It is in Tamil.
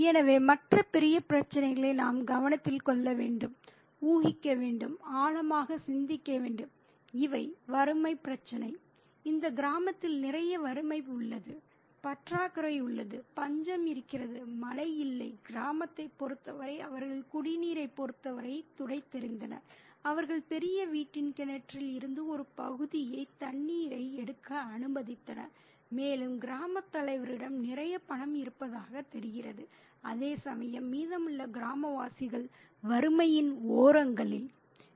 எனவே மற்ற பெரிய பிரச்சினைகள் நாம் கவனத்தில் கொள்ள வேண்டும் ஊகிக்க வேண்டும் ஆழமாக சிந்திக்க வேண்டும் இவை வறுமை பிரச்சினை இந்த கிராமத்தில் நிறைய வறுமை உள்ளது பற்றாக்குறை உள்ளது பஞ்சம் இருக்கிறது மழை இல்லை கிராமத்தைப் பொறுத்தவரை அவர்கள் குடிநீரைப் பொறுத்தவரை துடைத்தெறிந்தனர் அவர்கள் பெரிய வீட்டின் கிணற்றில் இருந்து ஒரு பகுதியை தண்ணீரை எடுக்க அனுமதித்தனர் மேலும் கிராமத் தலைவரிடம் நிறைய பணம் இருப்பதாகத் தெரிகிறது அதேசமயம் மீதமுள்ள கிராமவாசிகள் வறுமையின் ஓரங்களில்